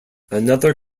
another